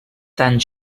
tant